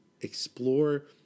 explore